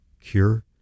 Cure